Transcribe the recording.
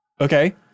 Okay